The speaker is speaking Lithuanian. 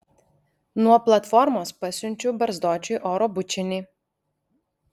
nuo platformos pasiunčiu barzdočiui oro bučinį